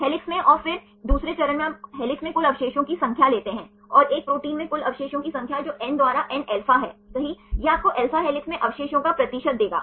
helix में और फिर दूसरे चरण में आप हेलिक्स में कुल अवशेषों की संख्या लेते हैं और एक प्रोटीन में कुल अवशेषों की संख्या जो N द्वारा nα है सही यह आपको alpha हेलिक्स में अवशेषों का प्रतिशत देगा